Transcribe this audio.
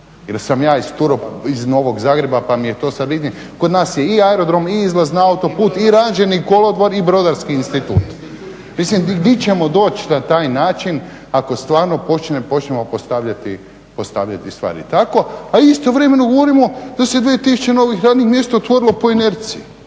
jel sam ja iz Novog Zagreba pa mi je to, kod nas je i aerodrom i izlaz na autoput i ranžirni kolodvor i Brodarski institut, mislim gdje ćemo doći na taj način ako stvarno počnemo postavljati stvari tako. A istovremeno govorimo da se 2 tisuće novih radnih mjesta otvorilo po inerciji